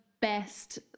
best